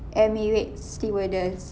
emirates stewardess